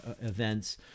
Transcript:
events